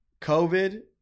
COVID